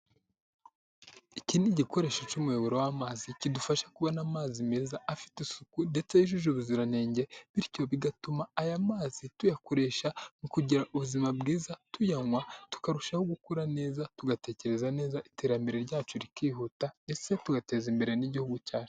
Iki ni igikoresho cy'umuyoboro w'amazi, kidufasha kubona amazi meza afite isuku ndetse yujuje ubuziranenge, bityo bigatuma aya mazi tuyakoresha mu kugira ubuzima bwiza, tuyanywa, tukarushaho gukura neza, tugatekereza neza, iterambere ryacu rikihuta ndetse tugateza imbere n'igihugu cyacu.